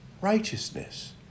righteousness